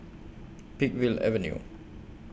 Peakville Avenue